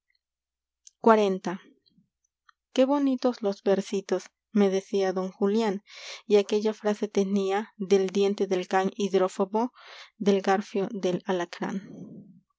xl ué bonitos los versitos me decía don julián y aquella frase tenía can del diente del del hidrófobo garfio del alacrán